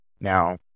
now